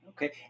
Okay